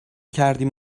کردیم